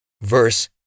verse